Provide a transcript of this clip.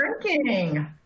drinking